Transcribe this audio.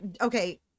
Okay